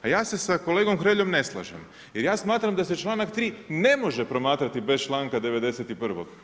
A ja se sa kolegom Hreljom ne slažem jer ja smatram da se članak ne može promatrati bez članka 91.